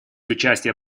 участия